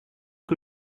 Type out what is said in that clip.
que